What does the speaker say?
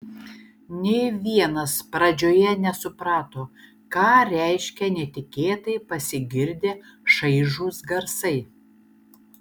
nė vienas pradžioje nesuprato ką reiškia netikėtai pasigirdę šaižūs garsai